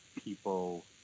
people